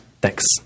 Thanks